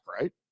right